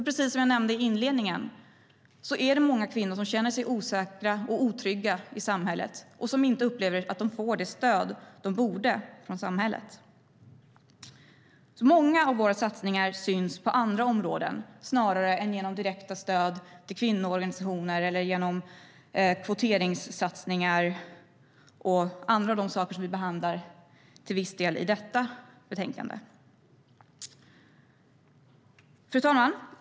Precis som jag nämnde i inledningen är det många kvinnor som känner sig osäkra och otrygga i samhället och som inte upplever att de får det stöd från samhället de borde få. Många av våra satsningar syns alltså på andra områden snarare än genom direkta stöd till kvinnoorganisationer, genom kvoteringssatsningar eller genom andra saker vi behandlar till viss del i detta betänkande. Fru talman!